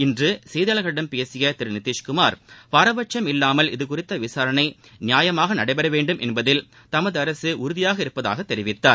இன்று செய்தியாளர்களிடம் பேசிய திரு நிதிஷ்குமார் பாரபட்சும் இல்லாமல் இது குறித்த விசாரணை நியாயமாக நடைபெறவேண்டும் என்பதில் தமது அரசு உறுதியுடன் இருப்பதாக தெரிவித்தார்